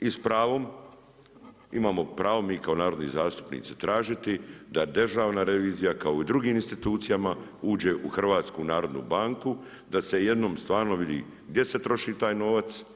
I s pravom imamo pravo mi kao narodni zastupnici tražiti da Državna revizija kao i drugim institucijama uđe u HNB da se jednom stvarno vidi gdje se troši taj novac.